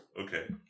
Okay